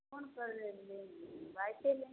कौन कलर लेंगे व्हाइट ही लेंगे